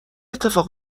اتفاق